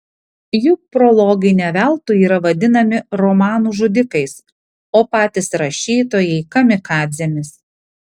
juk prologai ne veltui yra vadinami romanų žudikais o patys rašytojai kamikadzėmis